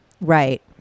Right